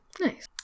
Nice